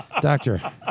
Doctor